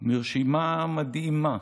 מרשימה מדהימה,